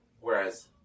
Whereas